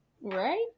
Right